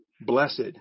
blessed